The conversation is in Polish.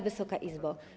Wysoka Izbo!